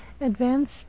advanced